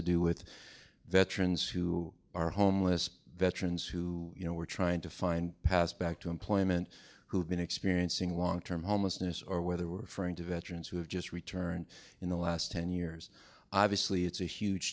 to do with veterans who are homeless veterans who you know were trying to find passed back to employment who have been experiencing long term homelessness or whether we're going to veterans who have just returned in the last ten years obviously it's a huge